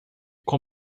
com